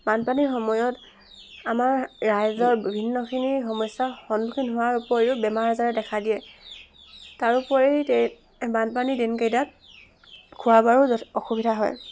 বানপানীৰ সময়ত আমাৰ ৰাইজৰ বিভিন্নখিনি সমস্যাৰ সন্মুখীন হোৱাৰ উপৰিও বেমাৰ আজাৰে দেখা দিয়ে তাৰোপৰি তে বানপানীৰ দিনকেইটাত খোৱা বোৱাৰো যথে অসুবিধা হয়